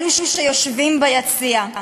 אלו שיושבים ביציע,